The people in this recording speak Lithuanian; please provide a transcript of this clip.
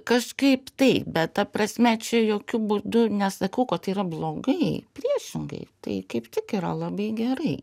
kažkaip taip bet ta prasme čia jokiu būdu nesakau kad tai yra blogai priešingai tai kaip tik yra labai gerai